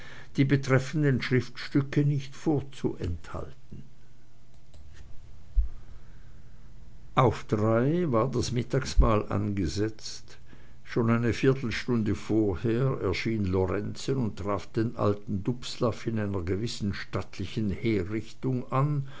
die betreffenden schriftstücke nicht vorzuenthalten krippenstapel versprach alles auf drei war das mittagsmahl angesetzt schon eine viertelstunde vorher erschien lorenzen und traf den alten dubslav in einer gewissen stattlichen herrichtung an